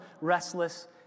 restless